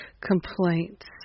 complaints